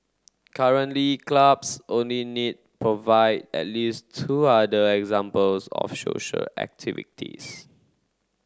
currently clubs only need provide at least two other examples of social activities